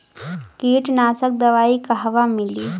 कीटनाशक दवाई कहवा मिली?